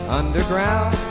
underground